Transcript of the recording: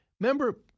Remember